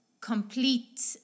complete